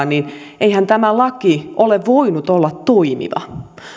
niin eihän tämä laki ole voinut olla toimiva